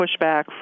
pushback